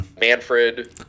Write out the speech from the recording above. Manfred